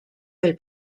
del